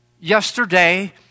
yesterday